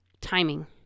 timing